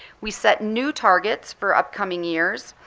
we set new targets for upcoming years.